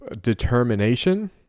determination